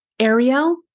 Ariel